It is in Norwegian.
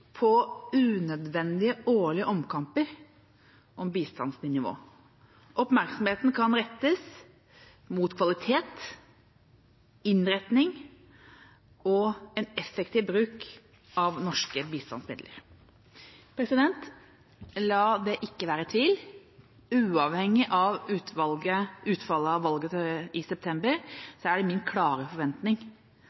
på unødvendige årlige omkamper om bistandsnivå. Oppmerksomheten kan rettes mot kvalitet, innretning og en effektiv bruk av norske bistandsmidler. La det ikke være tvil: Uavhengig av utfallet av valget i september